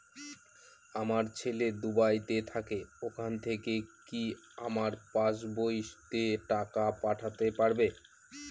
আমার ছেলে দুবাইতে থাকে ওখান থেকে কি আমার পাসবইতে টাকা পাঠাতে পারবে?